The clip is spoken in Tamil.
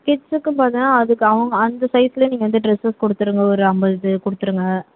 கிட்ஸ்ஸுக்கும் பார்த்திங்கன்னா அதுக்கு அவங் அந்த சைஸில் நீங்கள் வந்து ட்ரெஸஸ் கொடுத்துருங்க ஒரு ஐம்பது இது கொடுத்துருங்க